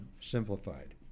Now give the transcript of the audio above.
simplified